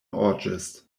august